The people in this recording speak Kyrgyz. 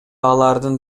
алардын